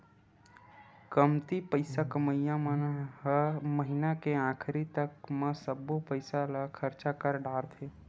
कमती पइसा कमइया मन ह महिना के आखरी तक म सब्बो पइसा ल खरचा कर डारथे